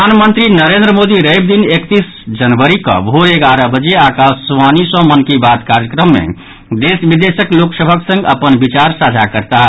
प्रधानमंत्री नरेन्द्र मोदी रवि दिन एकतीस जनवरी कऽ भोर एगारह बजे आकाशवाणी सँ मन की बात कार्यक्रम मे देश विदेशक लोक सभक संग अपन विचार साझा करताह